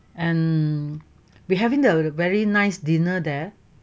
and we having a very nice dinner there